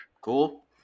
Cool